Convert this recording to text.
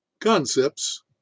concepts